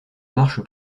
marche